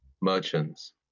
merchants